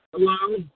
Hello